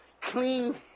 clean